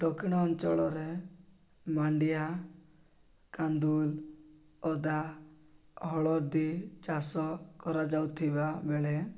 ଦକ୍ଷିଣ ଅଞ୍ଚଳରେ ମାଣ୍ଡିଆ କାନ୍ଦୁଲ ଅଦା ହଳଦୀ ଚାଷ କରାଯାଉଥିବା ବେଳେ